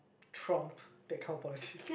trump that kind of politics